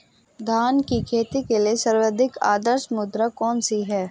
धान की खेती के लिए सर्वाधिक आदर्श मृदा कौन सी है?